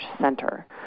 center